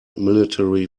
military